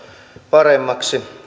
paremmaksi